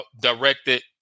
directed